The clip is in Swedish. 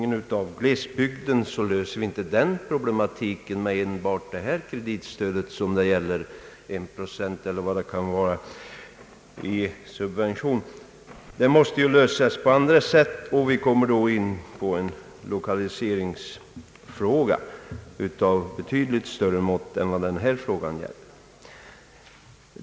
Den problematiken löser vi inte enbart med ett kreditstöd på en procent, eller vad här ifrågavarande subvention kan röra sig om. Glesbygdsproblemet måste lösas på helt andra sätt. Vi kommer då in på en lokaliseringsfråga av betydligt större mått.